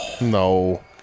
No